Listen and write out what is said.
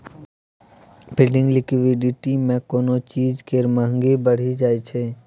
funding liquidity मे कोनो चीज केर महंगी बढ़ि जाइ छै